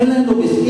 אין להם לוביסטים.